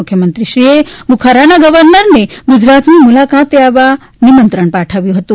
મુખ્યમંત્રીશ્રીએ બૂખારાના ગર્વનરશ્રીને ગુજરાતની મૂલાકાતે આવવાનું નિમંત્રણ પાઠવ્યું હતું